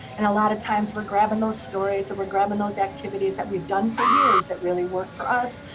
and a lot of times we're grabbing those stories, or we're grabbing those activities that we've done for years that really work for us.